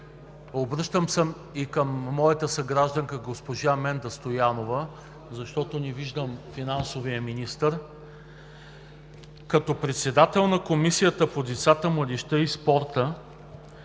Обръщам се и към моята съгражданка госпожа Менда Стоянова, защото не виждам финансовия министър. Като председател на Комисията по въпросите на децата, младежта и спорта